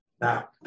Now